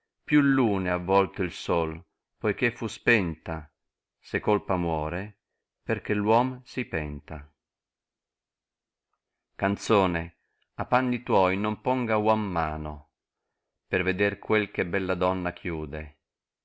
più lune ha volto il sol poiché fo spenta se colpa muore perchè l'uom si penta canzone a panni tnoi non ponga nom mano per veder qael che bella donna chìnde